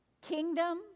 kingdom